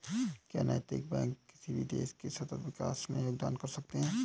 क्या नैतिक बैंक किसी भी देश के सतत विकास में योगदान कर सकते हैं?